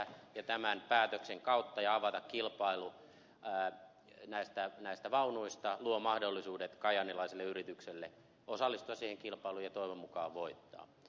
kilpailun avaaminen tämän päätöksen kautta ja avata kilpailu täällä näyttää näistä vaunuista luo mahdollisuudet kajaanilaiselle yritykselle osallistua siihen kilpailuun ja se toivon mukaan voittaa